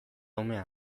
umea